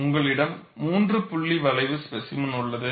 உங்களிடம் 3 புள்ளி வளைவு ஸ்பேசிமென் உள்ளது